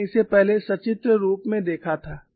हमने इसे पहले सचित्र रूप में देखा था